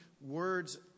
words